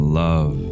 love